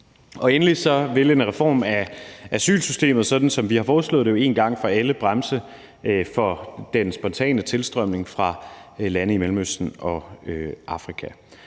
Endelig vil en reform af asylsystemet, sådan som vi har foreslået det, én gang for alle bremse den spontane tilstrømning fra lande i Mellemøsten og Afrika.